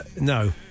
no